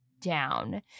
down